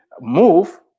move